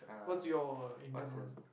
whats your engine one